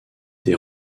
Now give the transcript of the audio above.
des